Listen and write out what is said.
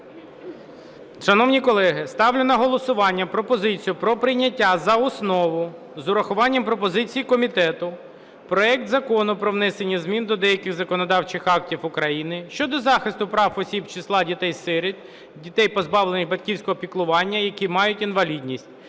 Шановні колеги, ставлю на голосування пропозицію про прийняття за основу з урахування пропозицій комітету проект Закону про внесення змін до деяких законодавчих актів України щодо захисту прав осіб з числа дітей-сиріт, дітей, позбавлених батьківського піклування, які мають інвалідність